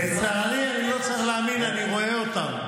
לצערי, אני לא צריך להאמין, אני רואה אותם.